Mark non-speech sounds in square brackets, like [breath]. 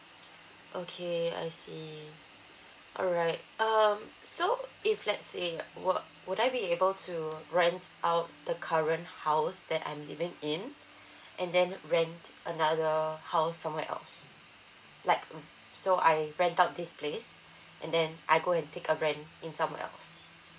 okay I see alright um so if let's say uh wou~ would I be able to rent out the current house that I'm living in [breath] and then rent another house somewhere else like mm so I rent out this place and then I go and take a rent in somewhere else